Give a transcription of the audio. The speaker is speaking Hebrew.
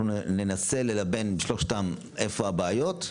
אנחנו ננסה ללבן שלושתם איפה הבעיות,